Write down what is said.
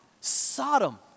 Sodom